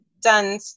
done